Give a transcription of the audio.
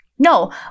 No